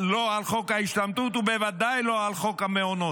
לא על חוק ההשתמטות ובוודאי לא על חוק המעונות.